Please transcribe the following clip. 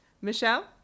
Michelle